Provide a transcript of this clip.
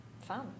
fun